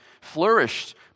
flourished